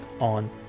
on